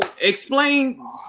explain